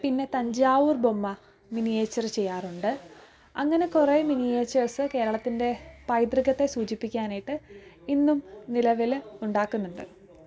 പിന്നെ തഞ്ചാവൂർ ബൊമ്മ മിനിയേച്ചര് ചെയ്യാറുണ്ട് അങ്ങനെ കുറേ മിനിയേച്ചേഴ്സ് കേരളത്തിൻ്റെ പൈതൃകത്തെ സൂചിപ്പിക്കാനായിട്ട് ഇന്നും നിലവില് ഉണ്ടാക്കുന്നുണ്ട്